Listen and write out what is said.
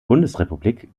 bundesrepublik